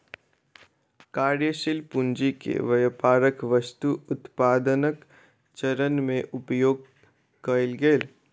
कार्यशील पूंजी के व्यापारक वस्तु उत्पादनक चरण में उपयोग कएल गेल